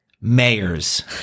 Mayors